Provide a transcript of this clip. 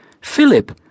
Philip